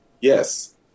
yes